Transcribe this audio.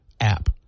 app